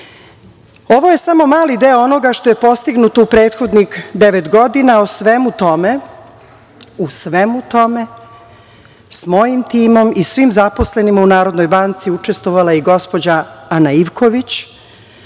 je samo mali deo onoga što je postignuto u prethodnih devet godina, u svemu tome sa mojim timom i svim zaposlenima u Narodnoj banci učestvovala je i gospođa Ana Ivković,